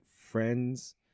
friends